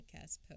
podcast